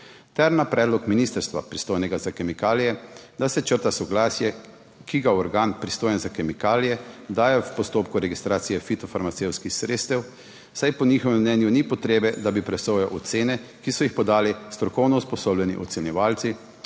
ter na predlog ministrstva, pristojnega za kemikalije, da se črta soglasje, ki ga organ, pristojen za kemikalije, daje v postopku registracije fitofarmacevtskih sredstev, saj po njihovem mnenju ni potrebe, da bi presojal ocene, ki so jih podali strokovno usposobljeni ocenjevalci